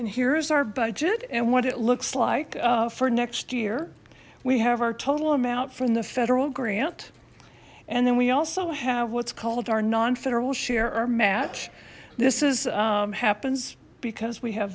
and here is our budget and what it looks like for next year we have our total amount from the federal grant and then we also have what's called our non federal share or match this is happens because we have